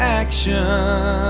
action